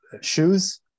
shoes